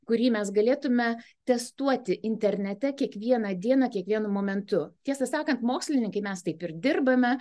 kurį mes galėtumėme testuoti internete kiekvieną dieną kiekvienu momentu tiesą sakant mokslininkai mes taip ir dirbame